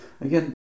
Again